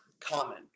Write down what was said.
common